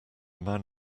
man